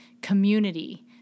community